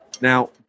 Now